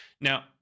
now